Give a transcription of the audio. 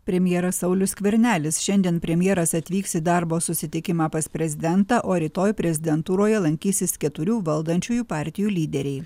premjeras saulius skvernelis šiandien premjeras atvyks į darbo susitikimą pas prezidentą o rytoj prezidentūroje lankysis keturių valdančiųjų partijų lyderiai